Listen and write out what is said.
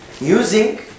Using